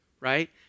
right